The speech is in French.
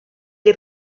est